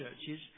churches